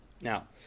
Now